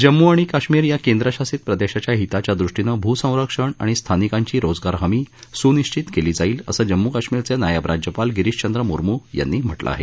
जम्म् आणि काश्मिर या केंद्रशासित प्रदेशाच्या हिताच्या हष्टीनं भूसंरक्षण आणि स्थानिकांची रोजगार हमी स्निश्चित केली जाईल असं जम्मू काश्मीरचे नायब राज्यपाल गिरीशचंद्र मूर्म् यांनी म्हटलं आहे